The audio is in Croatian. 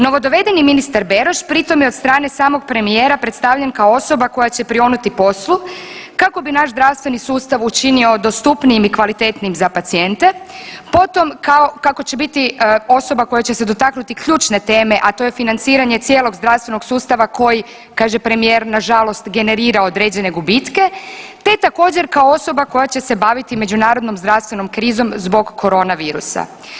Novo dovedeni ministar Beroš pri tom je od strane samog premijera predstavljen kao osoba koja će prionuti poslu kako bi naš zdravstveni sustav učinio dostupnijim i kvalitetnijim za pacijente, potom kao kako će biti osoba koja će se dotaknuti ključne teme, a to je financiranje cijelog zdravstvenog sustava koji kaže premijer nažalost generira određene gubitke, te također kao osoba koja će se baviti međunarodnom zdravstvenom krizom zbog koronavirusa.